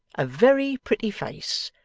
a very pretty face.